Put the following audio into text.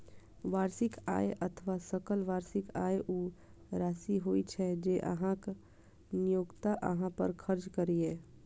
वार्षिक आय अथवा सकल वार्षिक आय ऊ राशि होइ छै, जे अहांक नियोक्ता अहां पर खर्च करैए